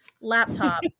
laptop